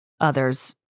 others